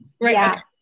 Right